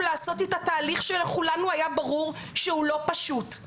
לעשות איתה תהליך שלכולנו היה ברור שהוא לא פשוט.